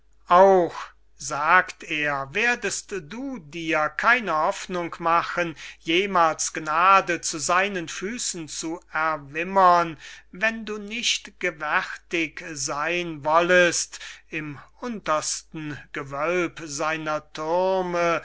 auch sagt er werdest du dir keine hoffnung machen jemals gnade zu seinen füssen zu erwimmern wenn du nicht gewärtig seyn wollest im untersten gewölb seiner thürme